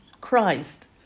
Christ